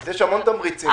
יש הרבה תמריצים.